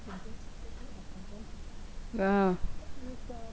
ya